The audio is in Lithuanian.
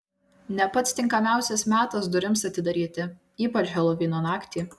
ne pats tinkamiausias metas durims atidaryti ypač helovino naktį